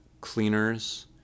cleaners